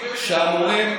שאמורים